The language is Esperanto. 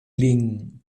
lin